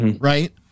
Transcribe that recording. right